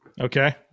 Okay